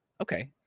Okay